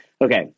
okay